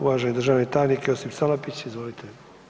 Uvaženi državni tajnik Josip Salapić, izvolite.